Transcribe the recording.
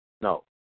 no